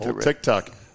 TikTok